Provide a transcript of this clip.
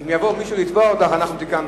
בבקשה.